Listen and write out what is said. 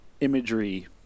imagery